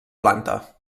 planta